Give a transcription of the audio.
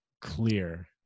clear